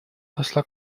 посла